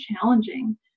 challenging